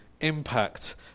impact